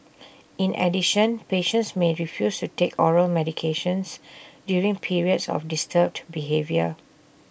in addition patients may refuse to take oral medications during periods of disturbed behaviour